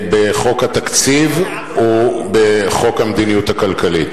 בחוק התקציב או בחוק המדיניות הכלכלית?